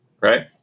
right